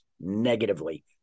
negatively